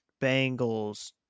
Bengals